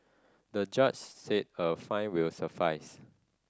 the judge said a fine will suffice